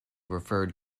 referred